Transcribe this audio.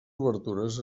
obertures